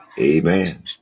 Amen